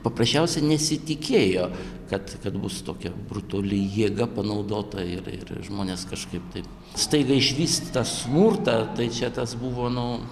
paprasčiausia nesitikėjo kad kad bus tokia brutoli jėga panaudota ir ir žmonės kažkaip taip staiga išvyst tą smurtą tai čia tas buvo nu